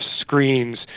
screens